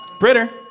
Britter